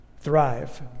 thrive